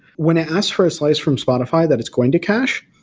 when it asks for a slice from spotify that it's going to cache,